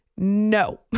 No